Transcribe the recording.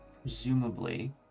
presumably